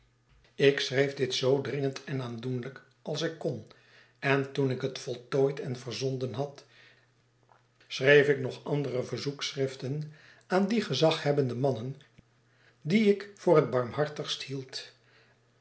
ik schreef dit zoo dringend en aandoenlijk als ik kon en toen ik het voltooid en verzonden had schreef ik nog andere verzoekschriften aan die gezaghebbende mannen die ik voor het barmhartigst hield